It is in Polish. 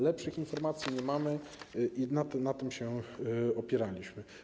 Lepszych informacji nie mamy i na tym się opieraliśmy.